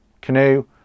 canoe